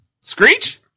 Screech